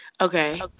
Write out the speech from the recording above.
Okay